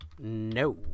No